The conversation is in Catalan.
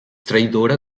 traïdora